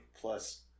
plus